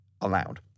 allowed